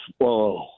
whoa